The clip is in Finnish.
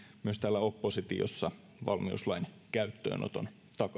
myös täällä oppositiossa valmiuslain käyttöönoton